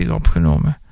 opgenomen